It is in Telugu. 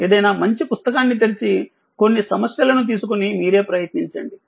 ఏదైనా మంచి పుస్తకాన్ని తెరిచి కొన్ని సమస్యలను తీసుకొని మీరే ప్రయత్నించండి